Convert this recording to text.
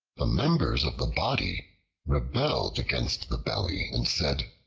the members of the body rebelled against the belly, and said,